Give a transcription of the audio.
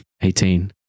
Eighteen